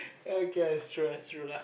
I guess is true lah is true lah